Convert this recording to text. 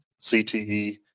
CTE